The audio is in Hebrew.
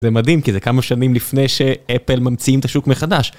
זה מדהים כי זה כמה שנים לפני שאפל ממציאים את השוק מחדש.